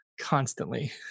Constantly